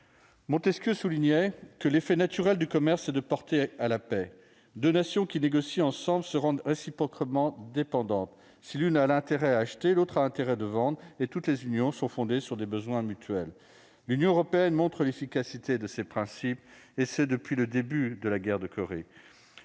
Montesquieu, « l'effet naturel du commerce est de porter à la paix. Deux nations qui négocient ensemble se rendent réciproquement dépendantes : si l'une a intérêt d'acheter, l'autre a intérêt de vendre ; et toutes les unions sont fondées sur des besoins mutuels. » La construction de l'Union européenne prouve l'efficacité de ces principes, et ce depuis le début de la guerre de Corée.